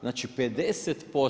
Znači 50%